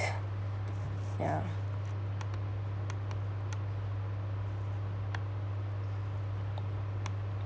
ya